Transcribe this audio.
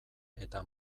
eta